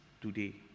today